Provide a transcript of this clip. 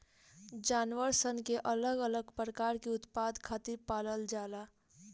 जानवर सन के अलग अलग प्रकार के उत्पाद खातिर पालल जाला